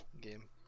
game